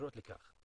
העיקריות לכך.